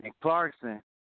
Clarkson